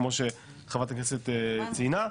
כמו שחברת הכנסת ציינה,